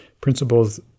principles